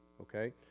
okay